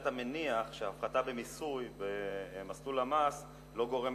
אתה מניח שהפחתה במיסוי ומסלול המס לא גורמים